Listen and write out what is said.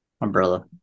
umbrella